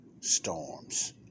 storms